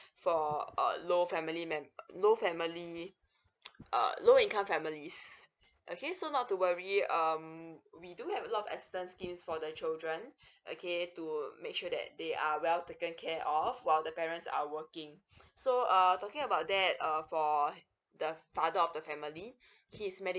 for uh low family mem~ low family uh low income families okay so not to worry um we do have a lot of assistance schemes for the children okay to make sure that they are well taken care of while the parents are working so err talking about that uh for the father of the family his medical